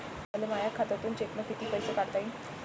मले माया खात्यातून चेकनं कितीक पैसे काढता येईन?